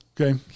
Okay